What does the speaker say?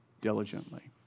diligently